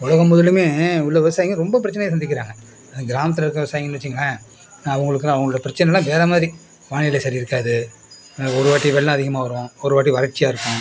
உலகம் முழுவதுமே உள்ள விவசாயிங்க ரொம்ப பிரச்சினைய சந்திக்கிறாங்க அதுவும் கிராமத்தில் இருக்கற விவசாயிங்கன்னு வச்சுங்களேன் அவங்களுக்குலாம் அவங்களோட பிரச்சனைல்லாம் வேறு மாதிரி வானிலை சரி இருக்காது ஒரு வாட்டி வெள்ளம் அதிகமாக வரும் ஒரு வாட்டி வறட்சியாக இருக்கும்